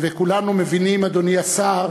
וכולנו מבינים, אדוני השר,